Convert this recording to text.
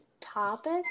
topic